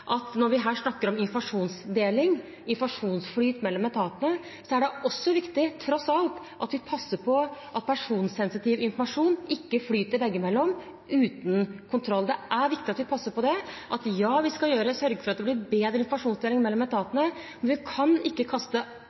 Når vi her snakker om informasjonsdeling, informasjonsflyt mellom etatene, er det også viktig tross alt at vi passer på at personsensitiv informasjon ikke flyter veggimellom uten kontroll. Det er viktig at vi passer på det. Vi skal sørge for at det blir bedre informasjonsdeling mellom etatene, men vi kan ikke kaste